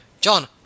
John